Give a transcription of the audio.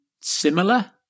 similar